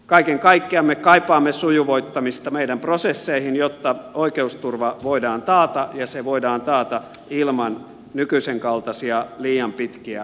kaiken kaikkiaan me kaipaamme sujuvoittamista meidän prosesseihin jotta oikeusturva voidaan taata ja se voidaan taata ilman nykyisen kaltaisia liian pitkiä oikeusprosesseja